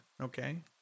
okay